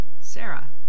Sarah